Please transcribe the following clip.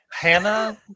hannah